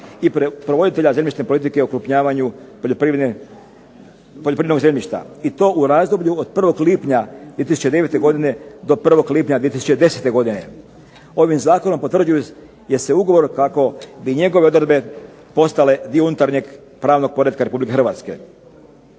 i provoditelja zemljišne politike u okrupnjavanju poljoprivrednog zemljišta i to u razdoblju od 1. lipnja 2009. do 1. lipnja 2010. godine. Ovim zakonom potvrđuje se ugovor kako bi njegove odredbe postale dio unutarnjeg pravnog poretka Republike Hrvatske.